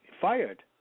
fired